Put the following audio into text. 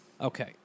Okay